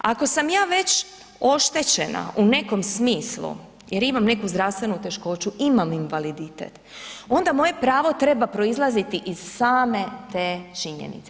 Ako sam ja već oštećena u nekom smislu jer imam neku zdravstvenu teškoću, imam invaliditet, onda moje pravo treba proizlaziti iz same te činjenice.